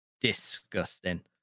disgusting